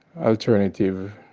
alternative